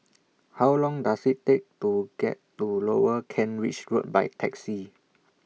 How Long Does IT Take to get to Lower Kent Ridge Road By Taxi